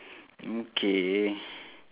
okay